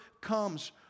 comes